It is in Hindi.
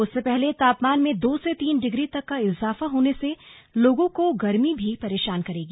उससे पहले तापमान में दो से तीन डिग्री तक का इजाफा होने से लोगों को गर्मी भी परेशान करेगी